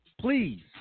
please